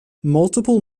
multiple